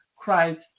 Christ